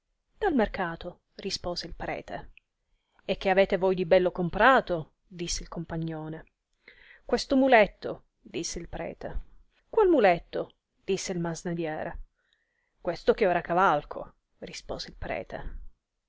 dal mercato rispose il prete e che avete voi di bello comperato disse il compagnone questo muletto rispose il prete qual muletto disse il masnadiere questo che ora cavalco rispose il prete